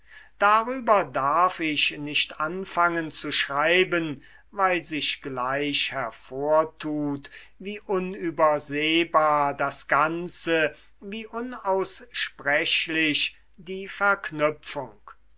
darüber darf ich nicht anfangen zu schreiben weil sich gleich hervortut wie unübersehbar das ganze wie unaussprechlich die verknüpfung